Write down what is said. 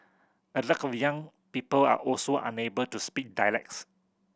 a lot of young people are also unable to speak dialects